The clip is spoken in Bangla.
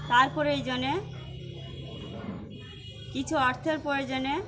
তার প্রয়োজনে কিছু অর্থের প্রয়োজনে